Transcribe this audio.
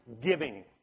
giving